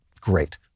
Great